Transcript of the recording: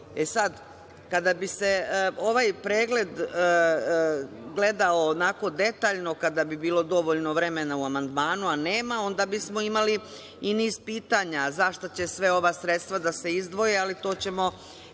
uradi. Kada bi se ovaj pregled gledao onako detaljno, kada bi bilo dovoljno vremena u amandmanu, a nema, onda bismo imali i niz pitanja, zašta će sve ova sredstva da se izdvoje, ali to ćemo